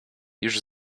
już